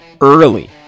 early